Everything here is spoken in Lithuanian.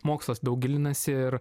mokslas daug gilinasi ir